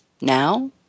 now